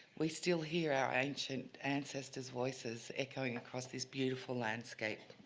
we still hear our ancient ancestors' voices echoing across this beautiful landscape,